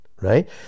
right